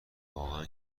واقعا